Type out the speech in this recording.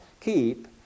keep